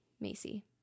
Macy